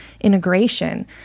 integration